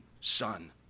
son